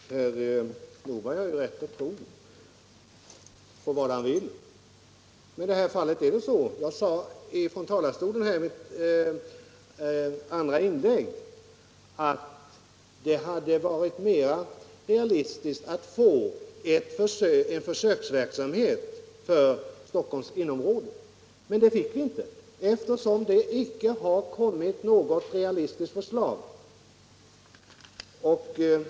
Herr talman! Herr Nordberg har rätt att tro vad han vill. Men i det här fallet, det sade jag från talarstolen i mitt andra inlägg, hade det varit mer realistiskt att få en försöksverksamhet för Stockholms innerområden. Men det fick vi inte, eftersom det icke har kommit något realistiskt förslag.